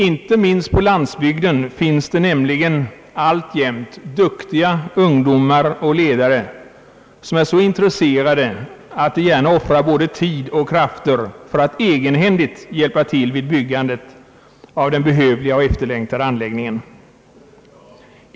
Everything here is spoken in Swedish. Inte minst på landsbygden finns det nämligen alltjämt duktiga ungdomar och ledare som är så intresserade att de gärna offrar både tid och krafter för att egenhändigt hjälpa till vid byggandet av den behövliga och efterlängtade anläggningen.